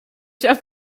schar